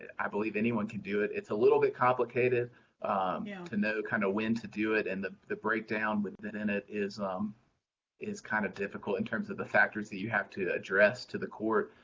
i believe anyone can do it. it's a little bit complicated yeah to know kind of when to do it and the the breakdown within it is um is kind of difficult in terms of the factors that you have to address to the court,